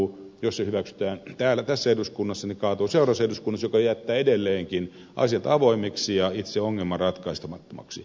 jos se hyväksytään tässä eduskunnassa niin se kaatuu seuraavassa eduskunnassa mikä jättää edelleenkin asiat avoimiksi ja itse ongelman ratkaisemattomaksi